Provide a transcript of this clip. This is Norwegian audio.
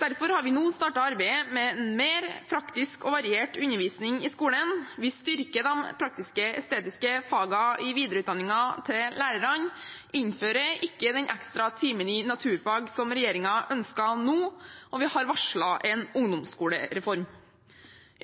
Derfor har vi nå startet arbeidet med en mer praktisk og variert undervisning i skolen. Vi styrker de praktisk-estetiske fagene i videreutdanningen til lærerne, vi innfører ikke nå den ekstra timen i naturfag som den forrige regjeringen ønsket, og vi har varslet en ungdomsskolereform.